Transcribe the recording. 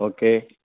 okay